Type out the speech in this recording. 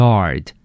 Yard